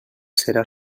serà